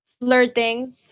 flirting